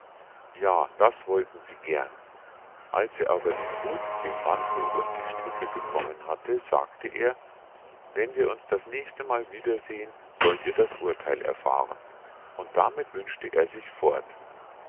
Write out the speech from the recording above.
ja das wollten sie gern als er aber den hut den mantel und die stiefeln bekommen hatte sagte er wenn wir uns das nächste mal wiedersehen sollt ihr das urtheil erfahren und damit wünschte er sich fort